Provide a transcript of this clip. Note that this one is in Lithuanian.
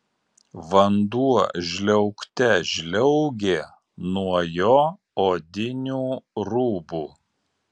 vanduo žliaugte žliaugė nuo jo odinių rūbų